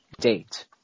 date